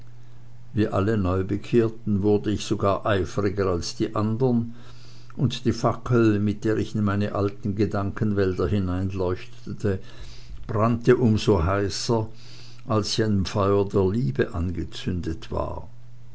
wie alle neubekehrten wurde ich sogar eifriger als die andern und die fackel mit der ich in meine alten gedankenwälder hineinleuchtete brannte um so heißer als sie an dem feuer der liebe angezündet war